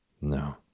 No